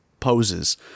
poses